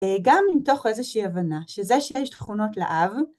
וגם מתוך איזושהי הבנה, שזה שיש תכונות לאב..